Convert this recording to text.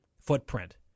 footprint